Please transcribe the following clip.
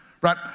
right